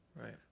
Right